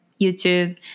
youtube